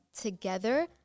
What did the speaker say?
together